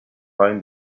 find